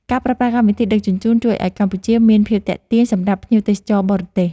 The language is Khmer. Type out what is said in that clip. ការប្រើប្រាស់កម្មវិធីដឹកជញ្ជូនជួយឱ្យកម្ពុជាមានភាពទាក់ទាញ សម្រាប់ភ្ញៀវទេសចរបរទេស។